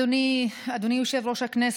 אדוני יושב-ראש הישיבה,